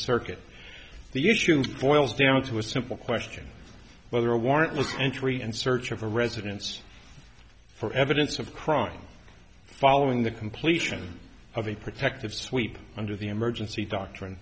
circuit the issue boils down to a simple question whether a warrantless entry and search of a residence for evidence of crime following the completion of a protective sweep under the emergency doctrine